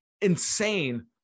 insane